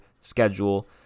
schedule